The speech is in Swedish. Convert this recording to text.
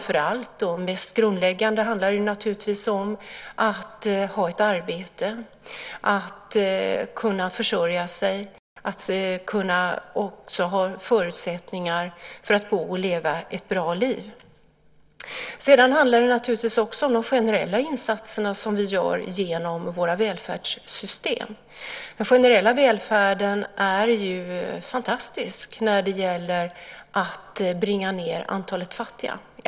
Det mest grundläggande är att ha ett arbete, att kunna försörja sig, att bo och ha förutsättningar för att leva ett bra liv. Sedan handlar det också om de generella insatserna vi gör genom våra välfärdssystem. Den generella välfärden är fantastisk när det gäller att bringa ned antalet fattiga.